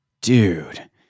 dude